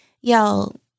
Y'all